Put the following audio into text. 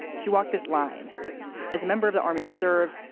she walked this line as a member of the army reserve.